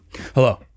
Hello